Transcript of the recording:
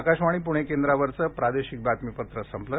आकाशवाणी प्णे केंद्रावरचं प्रादेशिक बातमीपत्र संपलं